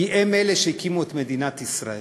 כי הם שהקימו את מדינת ישראל.